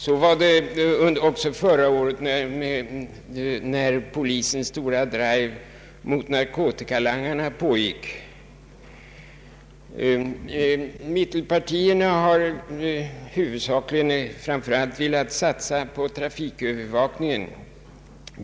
Så var det även förra året under polisens stora drive mot narkotikalangarna. Mittenpartierna har framför allt velat sikta på trafikövervakningen.